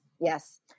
yes